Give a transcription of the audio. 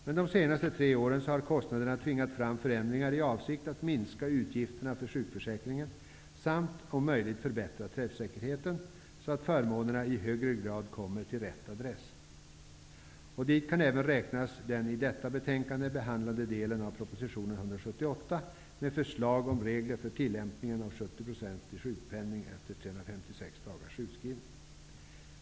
Men de senaste tre åren har kostnaderna tvingat fram förändringar i avsikt att minska utgifterna för sjukförsäkringen samt att om möjligt förbättra träffsäkerheten, så att förmånerna i högre grad kommer till rätt adress. Dit kan även räknas den i detta betänkande behandlade delen av proposition 178 med förslag om regler för tillämpningen av 70-procentig sjukpenning efter 365 dagars sjukskrivning.